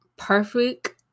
Perfect